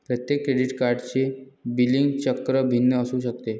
प्रत्येक क्रेडिट कार्डचे बिलिंग चक्र भिन्न असू शकते